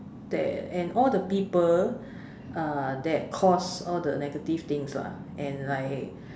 that and all the people uh that cause all the negative things lah and like um